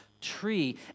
tree